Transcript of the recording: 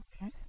Okay